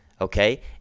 okay